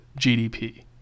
gdp